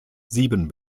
sieben